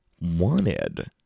wanted